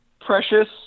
Precious